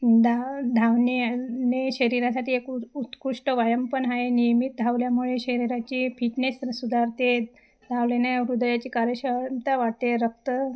धाव धावणे ने शरीरासाठी एक उ उत्कृष्ट व्यायाम पण आहे नियमित धावल्यामुळे शरीराची फिटनेस सुधारते धावल्याने हृदयाची कार्यक्षमता वाढते रक्त